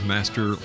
Master